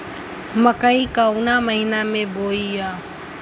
मकई कवना महीना मे बोआइ?